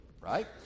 right